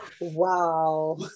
wow